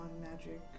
magic